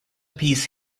piece